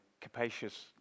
capacious